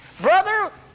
Brother